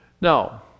Now